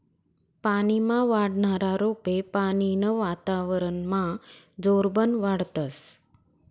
पानीमा वाढनारा रोपे पानीनं वातावरनमा जोरबन वाढतस